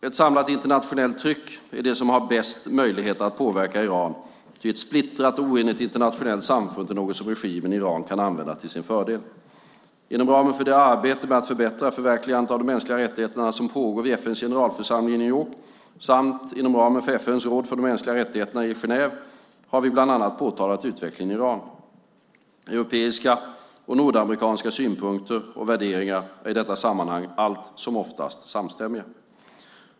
Ett samlat internationellt tryck är det som har bäst möjlighet att påverka Iran, ty ett splittrat och oenigt internationellt samfund är något som regimen i Iran kan använda till sin fördel. Inom ramen för det arbete med att förbättra förverkligandet av de mänskliga rättigheterna som pågår vid FN:s generalförsamling i New York samt FN:s råd för mänskliga rättigheter i Genève har vi bland annat påtalat utvecklingen i Iran. Europeiska och nordamerikanska synpunkter och värderingar är i detta sammanhang alltsomoftast samstämmiga. Fru talman!